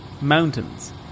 mountains